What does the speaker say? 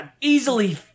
easily